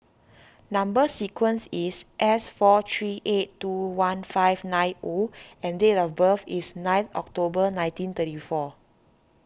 Number Sequence is S four three eight two one five nine O and date of birth is nine October nineteen thirty four